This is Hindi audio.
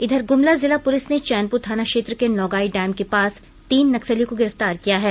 इधर गुमला जिला पुलिस ने चैनपुर थाना क्षेत्र के नौगाई डैम के पास तीन नक्सलियों को गिरफ्तार किया है